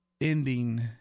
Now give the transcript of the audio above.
ending